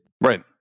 Right